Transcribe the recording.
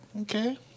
Okay